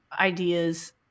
ideas